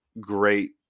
great